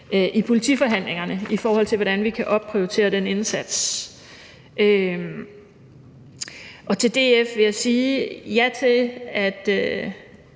i politiforhandlingerne, i forhold til hvordan vi kan opprioritere den indsats. Til DF vil jeg sige ja til, at